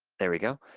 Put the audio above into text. there we go.